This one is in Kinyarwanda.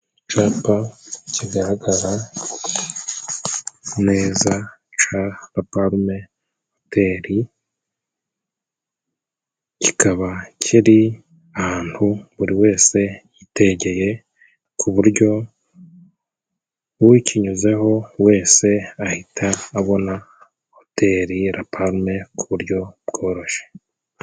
Icapa kigaragara neza ca Raparume hoteri kikaba kiri ahantu buri wese yitegeye ku buryo ukinyuzeho wese ahita abona hoteri Raparume ku buryo bworoshe.